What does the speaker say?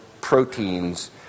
proteins